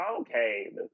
okay